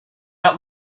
out